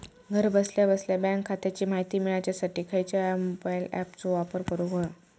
घरा बसल्या बसल्या बँक खात्याची माहिती मिळाच्यासाठी खायच्या मोबाईल ॲपाचो वापर करूक होयो?